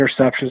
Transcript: interceptions